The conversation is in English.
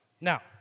Now